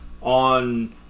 on